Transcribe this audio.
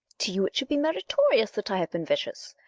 to you it should be meritorious that i have been vicious.